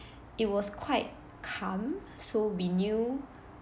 it was quite calm so we knew